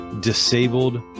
Disabled